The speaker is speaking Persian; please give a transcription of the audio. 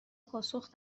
پاسخ